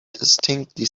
distinctly